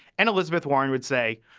and elizabeth warren would say,